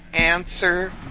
answer